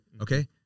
Okay